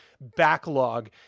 backlog